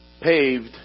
paved